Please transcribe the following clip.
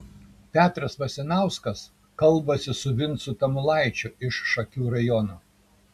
petras vasinauskas kalbasi su vincu tamulaičiu iš šakių rajono